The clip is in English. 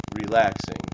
relaxing